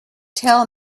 tell